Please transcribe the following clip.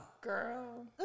Girl